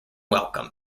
welcome